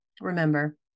Remember